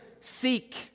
seek